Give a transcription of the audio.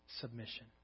submission